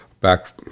back